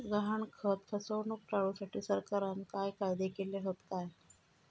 गहाणखत फसवणूक टाळुसाठी सरकारना काय कायदे केले हत काय?